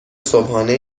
صبحانه